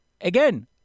again